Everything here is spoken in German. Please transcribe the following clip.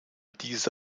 diese